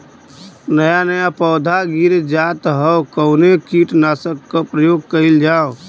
नया नया पौधा गिर जात हव कवने कीट नाशक क प्रयोग कइल जाव?